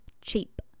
cheap